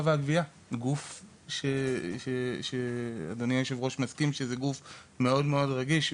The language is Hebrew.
והגבייה שאדוני היו"ר מסכים שזה גוף מאוד-מאוד רגיש,